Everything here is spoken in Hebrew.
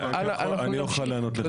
אני אוכל לענות לך תיכף.